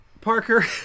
Parker